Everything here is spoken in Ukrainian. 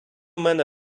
мене